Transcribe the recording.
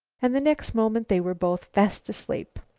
and the next moment they were both fast asleep.